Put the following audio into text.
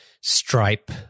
Stripe